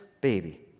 baby